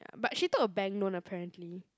ya but she took a bank loan apparently